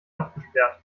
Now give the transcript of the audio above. abgesperrt